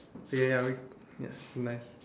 ya ya we yes nice